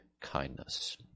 kindness